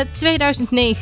2009